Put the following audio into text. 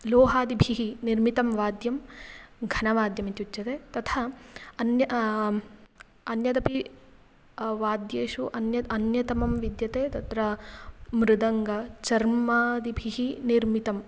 लोहादिभिः निर्मितं वाद्यं घनवाद्यम् इत्युच्यते तथा अन्य अन्यदपि वाद्येषु अन्य अन्यतमं विद्यते तत्र मृदङ्गः चर्मादिभिः निर्मितम्